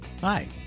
Hi